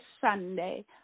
Sunday